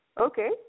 okay